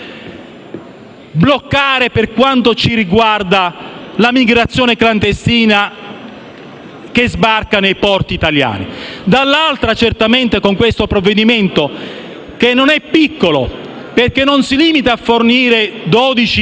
bloccare, per quanto ci riguarda, la migrazione clandestina che sbarca nei porti italiani; dall'altra parte, certamente con questo provvedimento, che non è piccolo, perché non si limita a fornire dodici